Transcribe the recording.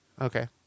Okay